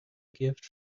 gift